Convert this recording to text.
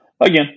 Again